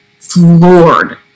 floored